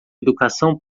educação